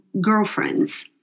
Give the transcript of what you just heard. girlfriends